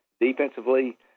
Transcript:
Defensively